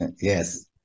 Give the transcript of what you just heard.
Yes